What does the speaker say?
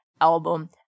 album